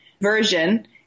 version